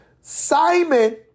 Simon